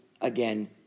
again